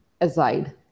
aside